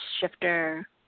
shifter